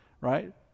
right